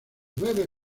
nueve